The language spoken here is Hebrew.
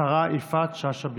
השרה יפעת שאשא ביטון.